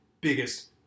biggest